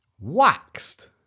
waxed